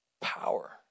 power